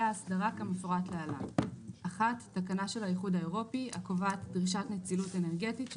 האסדרה כמפורט להלן: הנהוגים באיחוד האירופי לעניין דרישת נצילות אנרגטית,";